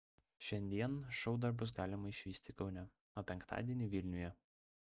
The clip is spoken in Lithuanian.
šiandien šou dar bus galima išvysti kaune o penktadienį vilniuje